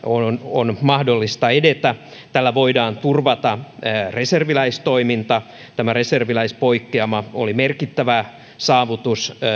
on mahdollista edetä tällä voidaan turvata reserviläistoiminta tämä reserviläispoikkeama oli merkittävä saavutus